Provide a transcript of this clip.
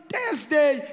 Thursday